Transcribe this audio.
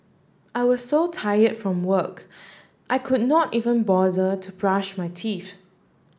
I was so tired from work I could not even bother to brush my teeth